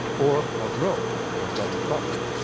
or of rome, where he got in trouble.